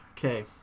Okay